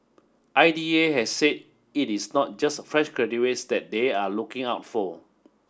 I D A had said it is not just fresh graduates that they are looking out for